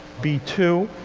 b two.